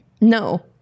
no